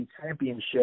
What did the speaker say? championship